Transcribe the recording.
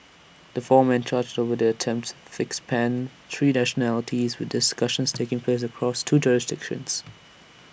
the four men charged over the attempted fix spanned three nationalities with discussions taking place across two jurisdictions